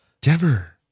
Denver